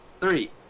Three